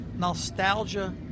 nostalgia